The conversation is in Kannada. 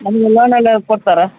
ನಮಗೆ ಲೋನ್ ಎಲ್ಲ ಕೊಡ್ತಾರಾ